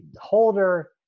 Holder